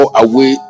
away